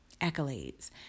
accolades